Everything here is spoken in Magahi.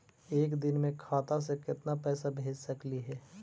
एक दिन में खाता से केतना पैसा भेज सकली हे?